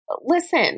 listen